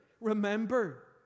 remember